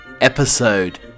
episode